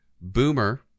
Boomer